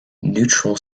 neutral